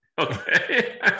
okay